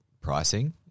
pricing